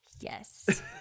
Yes